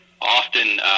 often